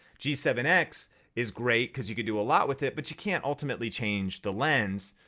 g seven x is great cause you can do a lot with it but you can't ultimately change the lens,